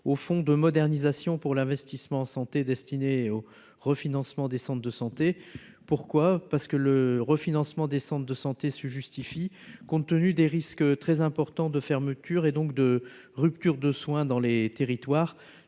au fonds de modernisation pour l'investissement santé destiné au refinancement, centres de santé, pourquoi, parce que le refinancement descendent de santé se justifie, compte tenu des risques très importants de fermeture et donc de rupture de soins dans les territoires,